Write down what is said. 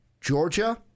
Georgia